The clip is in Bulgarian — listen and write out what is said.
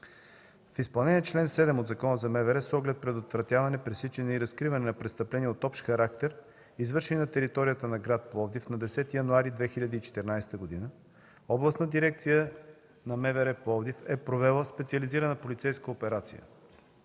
В изпълнение на чл. 7 от Закона за МВР с оглед предотвратяване, пресичане и разкриване на престъпления от общ характер, извършени на територията на град Пловдив на 10 януари 2014 г., Областна дирекция на МВР в Пловдив е провела специализирана полицейска операция.